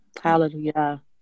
Hallelujah